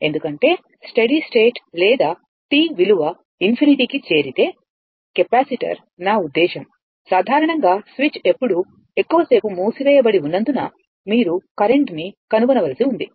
ఎందుకంటే steady state లేదా t విలువ ∞ కి చేరితే కెపాసిటర్ నా ఉద్దేశ్యం సాధారణంగా స్విచ్ ఎప్పుడు ఎక్కువసేపు మూసివేయబడి ఉన్నందున మీరు కరెంట్ ని కనుగొనవలసి ఉంది